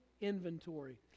Inventory